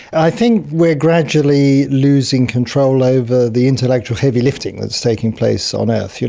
i think we are gradually losing control over the intellectual heavy lifting that is taking place on earth. you